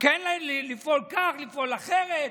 לפעול כך, לפעול אחרת.